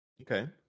Okay